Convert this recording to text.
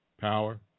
power